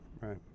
right